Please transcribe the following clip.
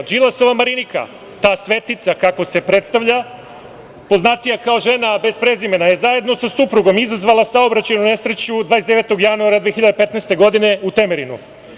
Đilasova Marinika, ta svetica, kako se predstavlja, poznatija kao žena bez prezimena, je zajedno sa suprugom izazvala saobraćajnu nesreću 29. januara 2015. godine u Temerinu.